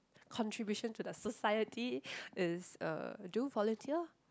contribution to the society is uh do volunteer